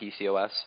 PCOS